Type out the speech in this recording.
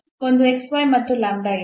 ಒಂದು ಮತ್ತು ಇದೆ